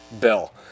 Bill